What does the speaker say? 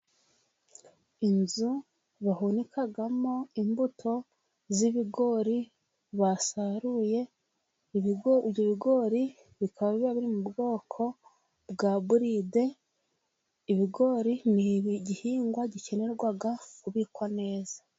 Inzu bahunikamo imbuto z'ibigori basaruye. Ibigori ibyo bigori bikaba biba biri mu bwoko bwa buride. Ibigori ni ibi igihingwa gikenerwa kubikwa neza.